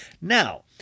Now